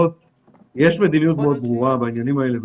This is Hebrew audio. יש מדיניות מאוד ברורה בעניינים האלה.